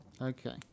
Okay